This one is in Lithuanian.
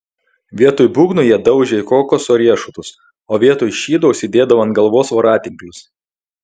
vietoj būgnų jie daužė į kokoso riešutus o vietoj šydo užsidėdavo ant galvos voratinklius